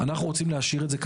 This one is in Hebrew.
אנחנו רוצים להשאיר את זה ככה.